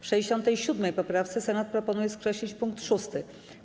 W 67. poprawce Senat proponuje skreślić pkt 6.